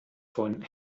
von